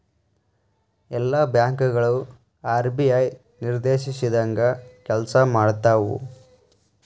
ಎಲ್ಲಾ ಬ್ಯಾಂಕ್ ಗಳು ಆರ್.ಬಿ.ಐ ನಿರ್ದೇಶಿಸಿದಂಗ್ ಕೆಲ್ಸಾಮಾಡ್ತಾವು